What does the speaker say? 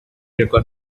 record